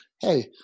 hey